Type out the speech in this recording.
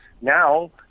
now